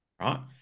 Right